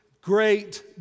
great